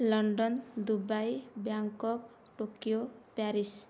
London Dubai Bangkok Tokyo Paris